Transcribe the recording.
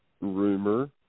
rumor